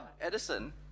Edison